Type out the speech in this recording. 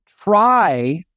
try